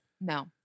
No